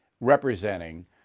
representing